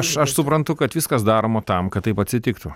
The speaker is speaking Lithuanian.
aš aš suprantu kad viskas daroma tam kad taip atsitiktų